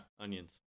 onions